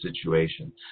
situation